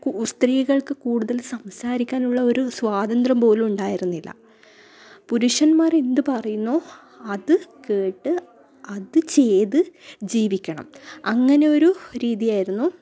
ഉ സ്ത്രീകൾക്ക് കൂടുതൽ സംസാരിക്കാനുള്ള ഒരു സ്വാതന്ത്ര്യം പോലും ഉണ്ടായിരുന്നില്ല പുരുഷന്മാർ എന്ത് പറയുന്നൊ അത് കേട്ട് അത് ചെയ്ത് ജീവിക്കണം അങ്ങനെയൊരു രീതിയായിരുന്നു